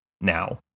now